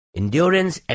endurance